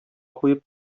куеп